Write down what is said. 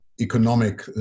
economic